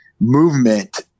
movement